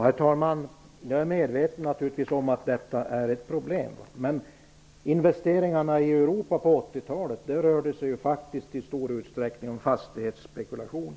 Herr talman! Jag är naturligtvis medveten om att detta är ett problem, men investeringarna i Europa på 80-talet handlade faktiskt i stor utsträckning om fastighetsspekulation.